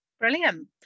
Brilliant